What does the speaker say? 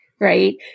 right